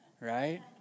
right